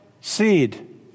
seed